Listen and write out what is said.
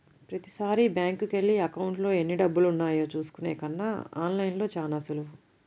ప్రతీసారీ బ్యేంకుకెళ్ళి అకౌంట్లో ఎన్నిడబ్బులున్నాయో చూసుకునే కన్నా ఆన్ లైన్లో చానా సులువు